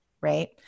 right